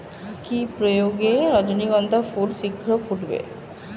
কি প্রয়োগে রজনীগন্ধা ফুল শিঘ্র ফুটবে?